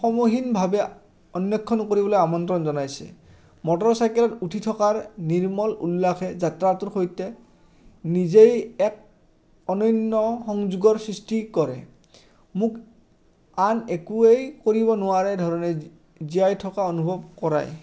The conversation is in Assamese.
সমূহীনভাৱে অন্বেষণ কৰিবলৈ আমন্ত্ৰণ জনাইছে মটৰচাইকেলত উঠি থকাৰ নিৰ্মল উল্লাসে যাত্ৰটোৰ সৈতে নিজেই এক অনন্য সংযোগৰ সৃষ্টি কৰে মোক আন একোৱেই কৰিব নোৱাৰে ধৰণে জীয়াই থকা অনুভৱ কৰায়